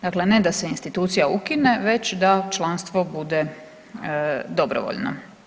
Dakle, ne da se institucija ukine, već da članstvo bude dobrovoljno.